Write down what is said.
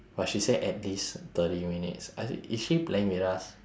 but she say at least thirty minutes I is she playing with us